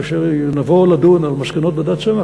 כאשר נבוא לדון על מסקנות ועדת צמח,